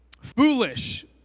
Foolish